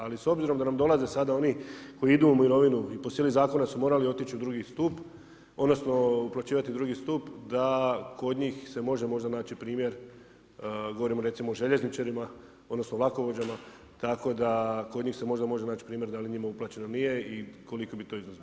Ali s obzirom da nam dolaze sada oni koji idu u mirovinu i po sili zakona su morali otići u drugi stup, odnosno uplaćivati u drugi stup da kod njih se možda može naći primjer, govorim recimo o željezničarima, odnosno vlakovođama tako da kod njih se možda može naći primjer da li je njima uplaćeno ili nije i koliki bi to iznos bio.